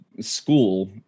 school